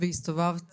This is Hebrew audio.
והסתובבת